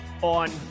on